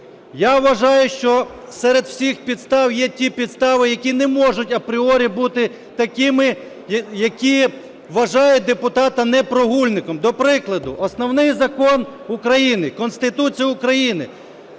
Я вважаю, що серед всіх підстав є ті підстави, які не можуть апріорі бути такими, які вважають депутата не прогульником. До прикладу: Основний Закон України – Конституція України